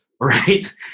right